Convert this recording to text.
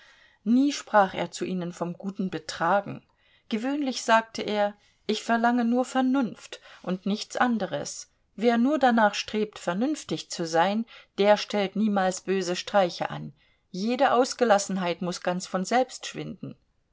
nie sprach er zu ihnen vom guten betragen gewöhnlich sagte er ich verlange nur vernunft und nichts anderes wer nur danach strebt vernünftig zu sein der stellt niemals böse streiche an jede ausgelassenheit muß ganz von selbst schwinden